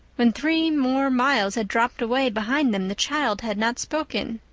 when three more miles had dropped away behind them the child had not spoken.